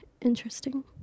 interesting